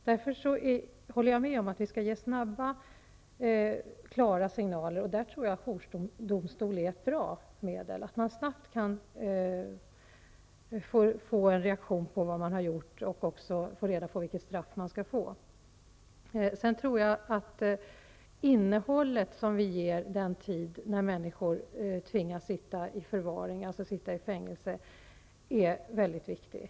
Därför håller jag med om att vi skall ge snabba, klara signaler. Därvidlag tror jag att jourdomstol är ett bra medel -- att det snabbt blir en reaktion på det man har gjort och att man också får reda på vilket straff man skall få. Sedan tror jag att det innehåll som vi ger den tid när människor tvingas sitta i fängelse är mycket viktigt.